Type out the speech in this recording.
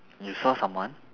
you saw someone